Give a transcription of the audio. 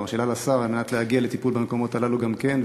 בשאלה לשר כדי להגיע לטיפול במקומות הללו גם כן,